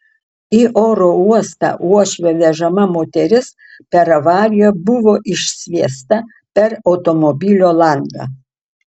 į oro uostą uošvio vežama moteris per avariją buvo išsviesta per automobilio langą